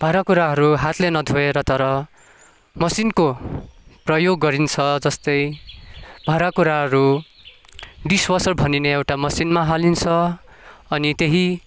भाँडाकुँडाहरू हातले नधुएर तर मसिनको प्रयोग गरिन्छ जस्तै भाँडाकुँडाहरू डिसवासर भनिने एउटा मसिनमा हालिन्छ अनि त्यही